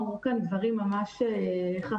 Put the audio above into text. אמרו כאן הדברים ממש חכמים.